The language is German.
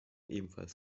ebenfalls